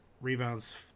Rebounds